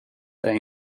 they